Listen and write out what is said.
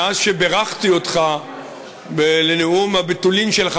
מאז שבירכתי אותך על נאום הבתולין שלך